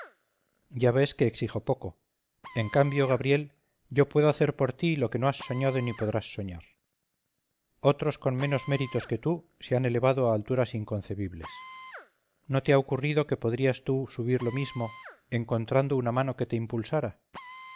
ya ves que exijo poco en cambio gabriel yo puedo hacer por ti lo que no has soñado ni podrías soñar otros con menos méritos que tú se han elevado a alturas inconcebibles no te ha ocurrido que podrías tú subir lo mismo encontrando una mano que te impulsara